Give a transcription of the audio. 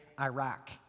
Iraq